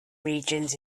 regions